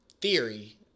theory